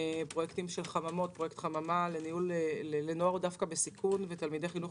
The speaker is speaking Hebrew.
פרויקטים של חממות פרויקט חממה לנוער בסיכון ולתלמידי חינוך